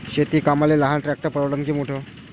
शेती कामाले लहान ट्रॅक्टर परवडीनं की मोठं?